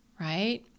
Right